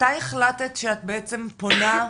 מתי החלטת שאת בעצם פונה,